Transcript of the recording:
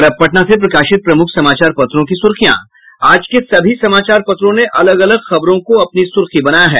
और अब पटना से प्रकाशित प्रमुख समाचार पत्रों की सुर्खियां आज के सभी समाचार पत्रों ने अलग अगल खबर को अपनी सुर्खी बनाया है